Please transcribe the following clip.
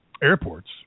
airports